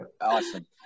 Awesome